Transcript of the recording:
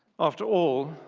after all,